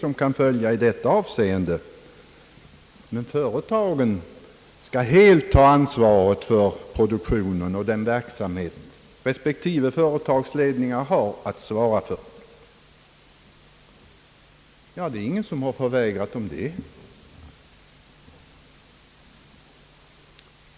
Men företagen skall helt ta ansvaret för produktionen och den verksamhet respektive företagsledningar har att svara för. Ja, det är ingen som förvägrat dem det.